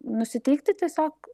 nusiteikti tiesiog